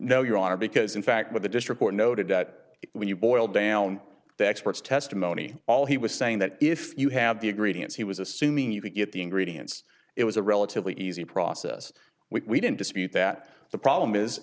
no your honor because in fact with the district court noted that when you boil down the experts testimony all he was saying that if you have the a greeting as he was assuming you could get the ingredients it was a relatively easy process we didn't dispute that the problem is